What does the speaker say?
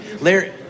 Larry